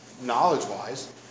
knowledge-wise